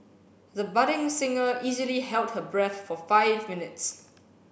the budding singer easily held her breath for five minutes